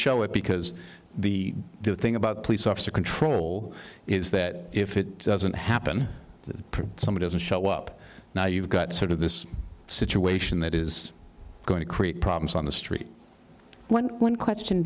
show it because the do thing about police officer control is that if it doesn't happen to somebody as a show up now you've got sort of this situation that is going to create problems on the street when one question